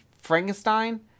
Frankenstein